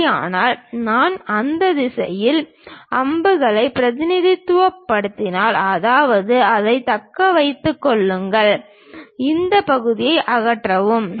அப்படியானால் நான் அந்த திசையில் அம்புகளை பிரதிநிதித்துவப்படுத்தினால் அதாவது அதைத் தக்க வைத்துக் கொள்ளுங்கள் இந்த பகுதியை அகற்றவும்